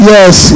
Yes